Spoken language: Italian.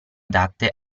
adatte